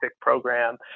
program